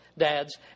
dads